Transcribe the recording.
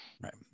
Right